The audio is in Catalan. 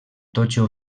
totxo